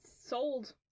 sold